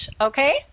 Okay